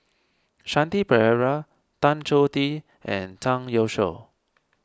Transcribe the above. Shanti Pereira Tan Choh Tee and Zhang Youshuo